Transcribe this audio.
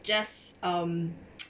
just um